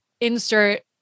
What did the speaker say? insert